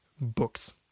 books